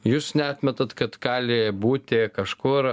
jūs neatmetat kad gali būti kažkur